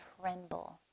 tremble